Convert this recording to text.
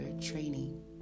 training